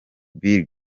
bill